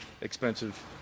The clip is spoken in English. expensive